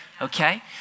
Okay